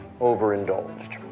overindulged